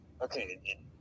Okay